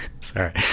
Sorry